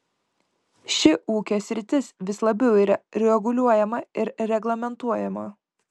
ši ūkio sritis vis labiau yra reguliuojama ir reglamentuojama